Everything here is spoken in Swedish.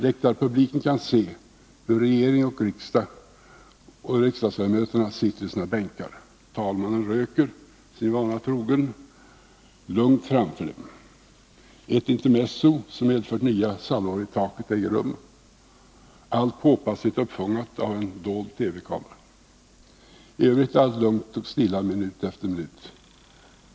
Läktarpubliken kan se hur regeringen och riksdagsledamöterna sitter i sina bänkar. Talmannen röker — sin vana trogen — lugnt framför dem. Ett intermezzo, som medför nya salvor i taket, äger rum, allt påpassligt uppfångat av en dold TV-kamera. I övrigt är allt lugnt och stilla minut efter minut.